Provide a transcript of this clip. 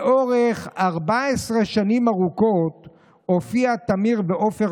לאורך 14 שנים ארוכות הופיעו תמיר ועופר